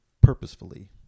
Purposefully